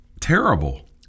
terrible